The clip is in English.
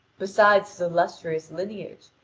beside his illustrious lineage,